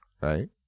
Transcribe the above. right